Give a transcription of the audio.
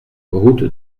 route